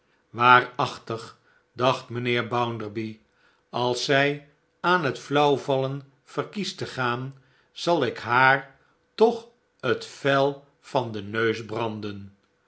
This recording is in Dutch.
waaraehtig dacht mijnheer bounderby als zij aan het flauwvallen verkiest te gaan zal ik haar toch het vel van den neus branden